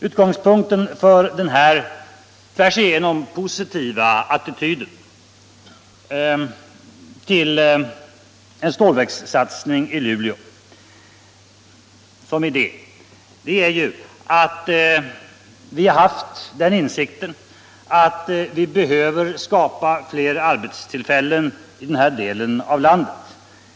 Utgångspunkten för den här tvärsigenom positiva attityden till en stålverkssatsning i Luleå som idé är inte minst insikten om att vi behöver skapa fler arbetstillfällen i den här delen av landet.